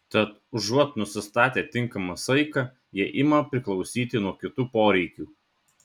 tad užuot nusistatę tinkamą saiką jie ima priklausyti nuo kitų poreikių